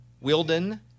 Wilden